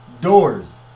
doors